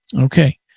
Okay